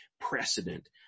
precedent